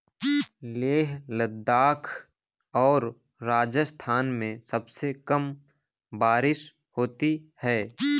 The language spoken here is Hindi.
लेह लद्दाख और राजस्थान में सबसे कम बारिश होती है